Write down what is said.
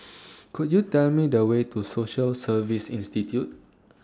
Could YOU Tell Me The Way to Social Service Institute